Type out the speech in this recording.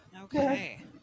Okay